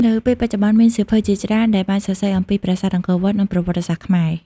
នៅពេលបច្ចុប្បន្ន មានសៀវភៅជាច្រើនដែលបានសរសេរអំពីប្រាសាទអង្គរវត្ត និងប្រវត្តិសាស្ត្រខ្មែរ។